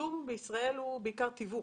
החיתום בישראל הוא בעיקר שיווק,